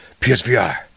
PSVR